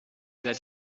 that